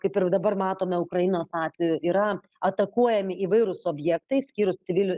kaip ir dabar matome ukrainos atveju yra atakuojami įvairūs objektai išskyrus civilių